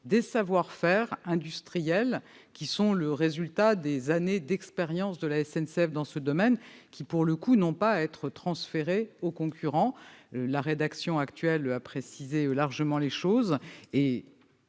des savoir-faire industriels, qui sont le résultat des années d'expérience de la SNCF dans ce domaine et n'ont pas à être transférés aux concurrents. La rédaction actuelle précise largement les choses.